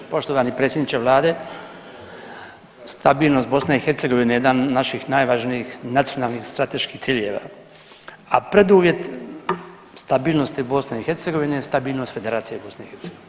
Poštovani predsjedniče vlade, stabilnost BiH je jedan od naših najvažnijih nacionalnih strateških ciljeva, a preduvjet stabilnosti BiH je stabilnost Federacije BiH.